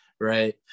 right